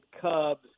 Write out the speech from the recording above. Cubs